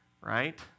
right